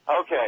Okay